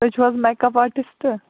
تُہۍ چھُو حظ میک اَپ آرٹِسٹہٕ